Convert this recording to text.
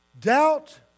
doubt